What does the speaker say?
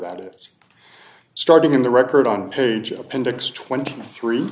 that is starting in the record on page appendix twenty three